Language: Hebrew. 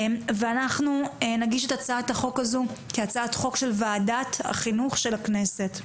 אנחנו נגיש את הצעת החוק הזו כהצעת חוק של וועדת החינוך של הכנסת.